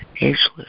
ageless